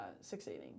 succeeding